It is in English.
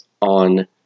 on